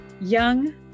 Young